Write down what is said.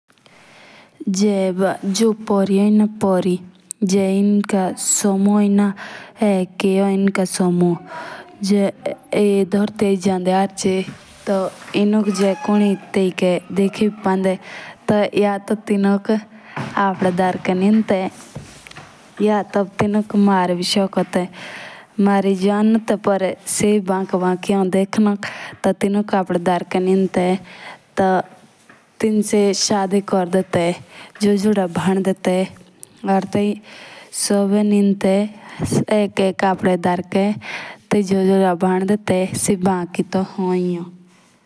जे पुरी होइना पुरी एक ए होन एनुका शांहु। जे धरतीच जांदी हर्चे तो एनुक जे कुनी तेयिके देखी भी पांडे तो या तो तेनुक अपने अंधेरे नेंदे ते। हां तेनुक मार भी सोनको ते। मर्दे जो हनुते से बैंक बैंकिंग होन देखनोक।